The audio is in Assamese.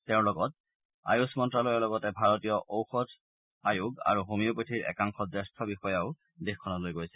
তেওঁ লগত আয়ুস মন্ত্ৰালয়ৰ লগতে ভাৰতীয় ঔষধ আয়োগ আৰু হোমিওপেথিৰ একাংশ জ্যেষ্ঠ বিষয়াও দেশখনলৈ গৈছে